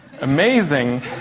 amazing